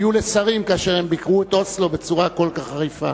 היו לשרים כאשר הם ביקרו את אוסלו בצורה כל כך חריפה.